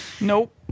Nope